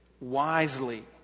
wisely